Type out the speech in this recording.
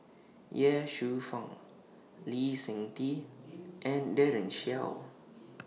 Ye Shufang Lee Seng Tee and Daren Shiau